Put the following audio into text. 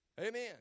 Amen